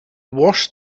washed